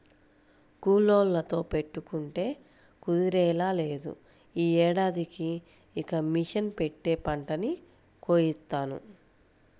కూలోళ్ళతో పెట్టుకుంటే కుదిరేలా లేదు, యీ ఏడాదికి ఇక మిషన్ పెట్టే పంటని కోయిత్తాను